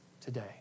today